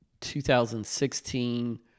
2016